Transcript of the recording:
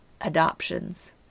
adoptions